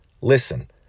Listen